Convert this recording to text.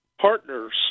partners